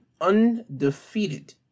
undefeated